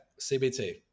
CBT